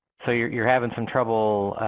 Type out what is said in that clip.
so you're you're having some trouble,